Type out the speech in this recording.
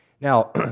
Now